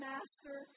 Master